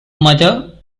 mother